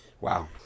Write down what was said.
Wow